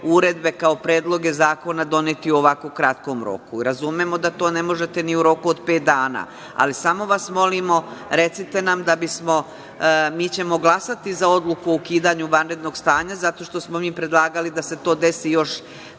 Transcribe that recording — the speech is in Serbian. uredbe kao predloge zakona doneti u ovako kratkom roku. Razumemo da to ne možete ni u roku od pet dana, ali samo vas molimo, recite nam, da bismo, mi ćemo glasati za odluku o ukidanju vanrednog stanja, zato što smo mi predlagali da se to desi još